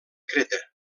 creta